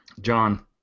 John